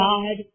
God